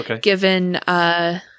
given